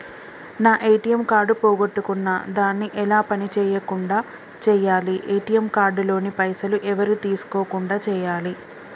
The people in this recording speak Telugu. నా ఏ.టి.ఎమ్ కార్డు పోగొట్టుకున్నా దాన్ని ఎలా పని చేయకుండా చేయాలి ఏ.టి.ఎమ్ కార్డు లోని పైసలు ఎవరు తీసుకోకుండా చేయాలి?